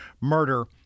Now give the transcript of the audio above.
murder